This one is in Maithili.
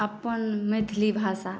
अपन मैथिली भाषा